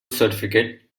certificate